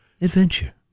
adventure